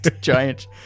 giant